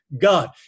God